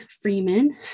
Freeman